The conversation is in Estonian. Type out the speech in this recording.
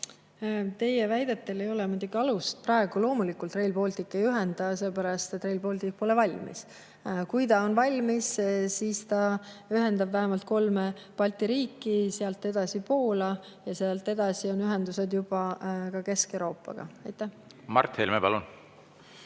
Teie väidetel ei ole muidugi alust. Praegu loomulikult Rail Baltic ei ühenda, seepärast et Rail Baltic pole valmis. Kui ta on valmis, siis ta ühendab vähemalt kolme Balti riiki, sealt edasi viib Poola ja sealt edasi on ühendused juba ka Kesk-Euroopaga. Mart Helme, palun!